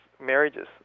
marriages